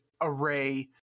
array